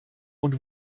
und